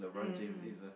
mm mm